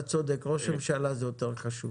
אתה צודק, ראש הממשלה זה יותר חשוב,